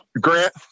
Grant